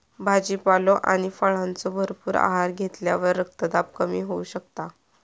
भाजीपालो आणि फळांचो भरपूर आहार घेतल्यावर रक्तदाब कमी होऊ शकता